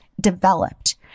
developed